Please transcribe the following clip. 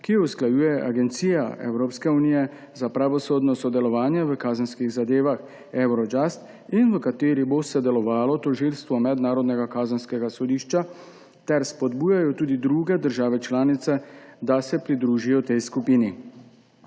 ki jo usklajuje Agencija Evropske unije za pravosodno sodelovanje v kazenskih zadevah, Eurojust, v kateri bo sodelovalo tožilstvo Mednarodnega kazenskega sodišča, ter spodbujajo tudi druge države članice, da se pridružijo tej skupini.